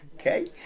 Okay